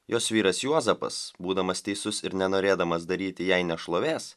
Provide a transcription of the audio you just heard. jos vyras juozapas būdamas teisus ir nenorėdamas daryti jai nešlovės